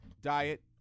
diet